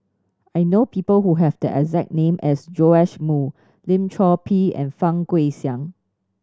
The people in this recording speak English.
I know people who have the exact name as Joash Moo Lim Chor Pee and Fang Guixiang